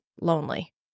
lonely